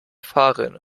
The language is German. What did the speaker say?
fahrrinne